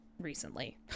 recently